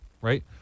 right